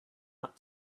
out